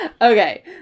okay